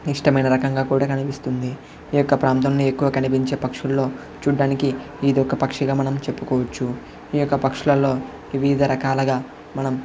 ఇష్టమైన రకంగా కూడా కనిపిస్తుంది ఈ యొక్క ప్రాంతంలో ఎక్కువ కనిపించే పక్షుల్లో చూడ్డానికి ఇది ఒక పక్షిగా మనం చెప్పుకోవచ్చు ఈ యొక్క పక్షులలో వివిధ రకాలుగా మనం